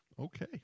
Okay